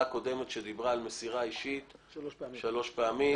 הקודמת שדיברה על מסירה אישית שלוש פעמים.